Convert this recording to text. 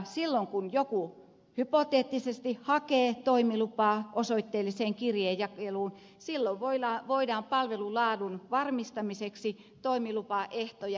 silloin kun joku hypoteettisesti hakee toimilupaa osoitteelliseen kirjejakeluun voidaan palvelun laadun varmistamiseksi toimilupaehtoja kirjoittaa